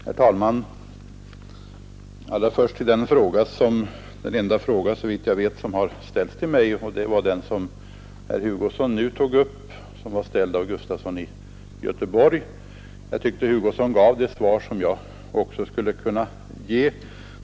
Herr talman! Allra först vill jag ta upp den, så vitt jag vet, enda fråga som riktats till mig, nämligen den som ställts av herr Gustafson i Göteborg. Jag tyckte att herr Hugosson gav det svar som också jag skulle kunna ge.